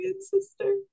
sister